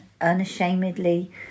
unashamedly